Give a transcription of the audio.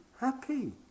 happy